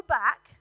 back